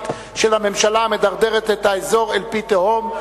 של הממשלה המדרדרת את האזור אל פי תהום.